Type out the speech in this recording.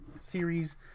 series